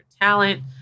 talent